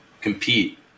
compete